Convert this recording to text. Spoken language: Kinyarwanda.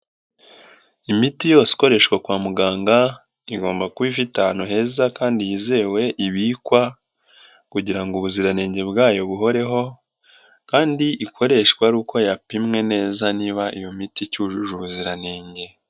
Imiti yose ikoreshwa kwa muganga igomba kuba ifite ahantu heza kandi hizewe ibikwa kugira ubuziranenge bwayo buhoreho, kandi ikoreshwe ari uko yapimwe neza niba iyo miti icyujuje ubuziranenge.